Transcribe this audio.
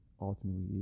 ultimately